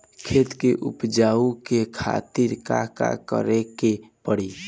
खेत के उपजाऊ के खातीर का का करेके परी?